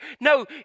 No